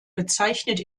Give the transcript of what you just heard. bezeichnet